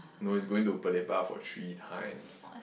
no is going to Pelepah for three times